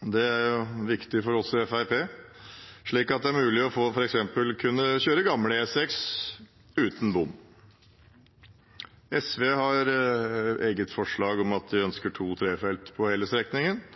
det er viktig for oss i Fremskrittspartiet – slik at det f.eks. er mulig å kjøre